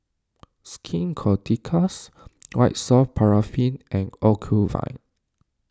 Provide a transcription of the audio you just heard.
Skin Ceuticals White Soft Paraffin and Ocuvite